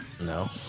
No